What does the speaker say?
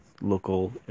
local